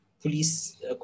police